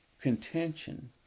contention